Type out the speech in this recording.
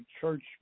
church